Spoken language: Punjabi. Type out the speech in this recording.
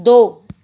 ਦੋ